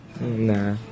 Nah